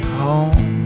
home